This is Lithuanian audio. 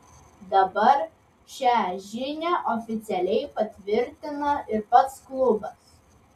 dabar šią žinią oficialiai patvirtino ir pats klubas